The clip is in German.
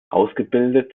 ausgebildet